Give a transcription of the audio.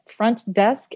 frontdesk